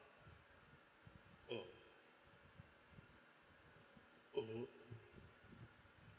mm mmhmm